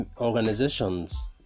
organizations